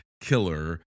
killer